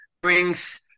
brings